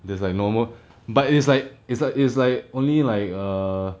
there's like normal but it's like it's like it's like only like err